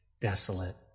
desolate